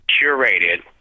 curated